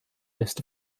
list